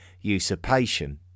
usurpation